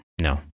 No